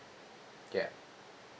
ya